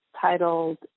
titled